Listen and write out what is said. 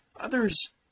others